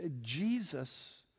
Jesus